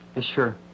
Sure